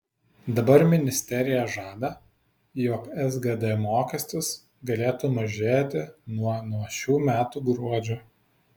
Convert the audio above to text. dabar ministerija žada jog sgd mokestis galėtų mažėti nuo nuo šių metų gruodžio